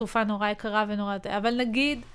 תקופה נורא יקרה ונורא זה. אבל נגיד